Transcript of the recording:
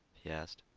he asked.